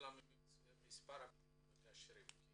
תסבירי לנו על מספר המגשרים.